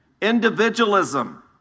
Individualism